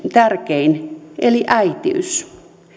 tärkein eli äitiys